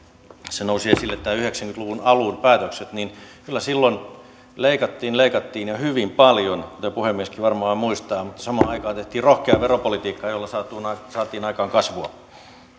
tässä nousivat esille nämä yhdeksänkymmentä luvun alun päätökset niin kyllä silloin leikattiin leikattiin ja leikattiin hyvin paljon kuten puhemieskin varmaan muistaa mutta samaan aikaan tehtiin rohkeaa veropolitiikkaa jolla saatiin aikaan kasvua